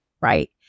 right